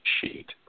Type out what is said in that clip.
sheet